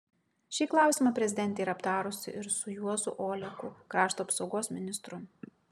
šį klausimą prezidentė yra aptarusi ir su juozu oleku krašto apsaugos ministru